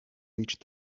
reach